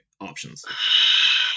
options